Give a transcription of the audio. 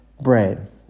bread